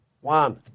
One